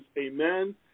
Amen